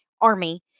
Army